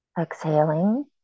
Exhaling